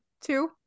two